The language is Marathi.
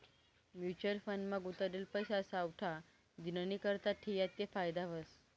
म्युच्युअल फंड मा गुताडेल पैसा सावठा दिननीकरता ठियात ते फायदा व्हस